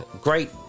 great